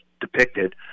depicted